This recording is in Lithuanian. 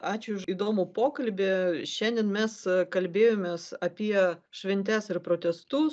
ačiū už įdomų pokalbį šiandien mes kalbėjomės apie šventes ir protestus